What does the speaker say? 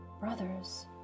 brothers